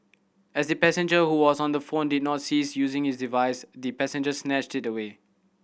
as the passenger who was on the phone did not cease using his device the passenger snatched it away